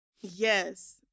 Yes